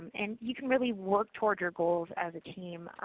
and you can really work toward your goals as a team.